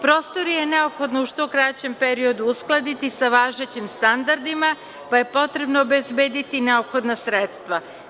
Prostorije je neophodno u što kraćem periodu uskladiti sa važećim standardima, pa je potrebno obezbediti neophodna sredstva.